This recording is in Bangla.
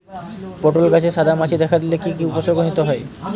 পটল গাছে সাদা মাছি দেখা দিলে কি কি উপসর্গ নিতে হয়?